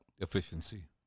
Efficiency